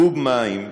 קוב מים,